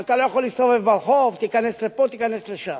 אתה לא יכול להסתובב ברחוב, תיכנס לפה, תיכנס לשם,